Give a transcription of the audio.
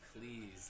please